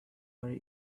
very